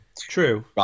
true